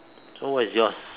so what is yours